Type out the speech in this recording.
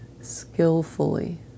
skillfully